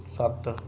ਸੱਤ